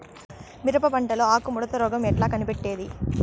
మిరప పంటలో ఆకు ముడత రోగం ఎట్లా కనిపెట్టేది?